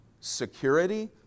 security